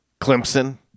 Clemson